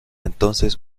entonces